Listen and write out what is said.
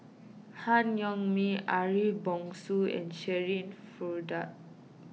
Han Yong May Ariff Bongso and Shirin Fozdar